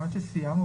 האמת שסיימנו.